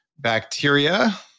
bacteria